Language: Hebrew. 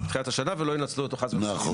בתחילת השנה והם לא ינצלו אותו חס וחלילה.